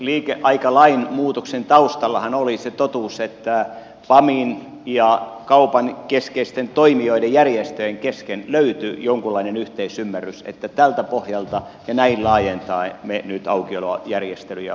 liikeaikalain muutoksen taustallahan oli se totuus että pamin ja kaupan keskeisten toimijoiden järjestöjen kesken löytyi jonkunlainen yhteisymmärrys että tältä pohjalta ja näin laajentaen me nyt aukiolojärjestelyjä muutamme